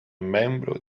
membro